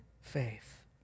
faith